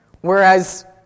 Whereas